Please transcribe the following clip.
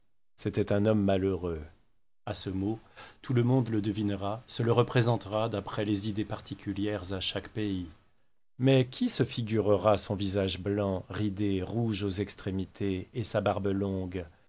c'était un homme malheureux à ce mot tout le monde le devinera se le représentera d'après les idées particulières à chaque pays mais qui se figurera son visage blanc ridé rouge aux extrémités et sa barbe longue